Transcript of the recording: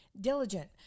diligent